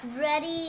ready